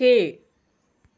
கீழ்